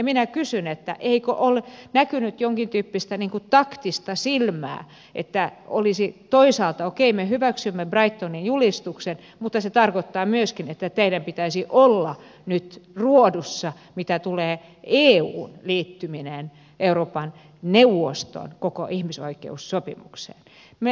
minä kysyn eikö ole näkynyt jonkin tyyppistä taktista silmää että toisaalta okei me hyväksymme brightonin julistuksen mutta se tarkoittaa myöskin että kaikkien pitäisi olla nyt ruodussa mitä tulee eun liittymiseen euroopan neuvoston koko ihmisoikeussopimukseen